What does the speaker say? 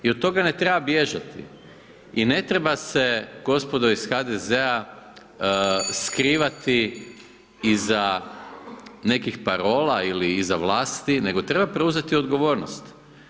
I od toga ne treba bježati i ne treba se gospodo iz HDZ-a, skrivati iza nekih parola ili iza vlasti nego treba preuzeti odgovornost.